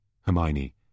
Hermione